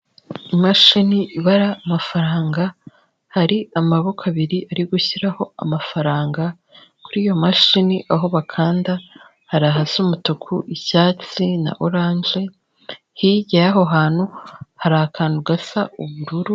Imashini ibara amafaranga, hari amaboko abiri ari gushyiraho amafaranga, kuri iyo mashini aho bakanda hari ahasa umutuku, icyatsi na oranje, hirya y'aho hantu hari akantu gasa ubururu.